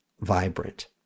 vibrant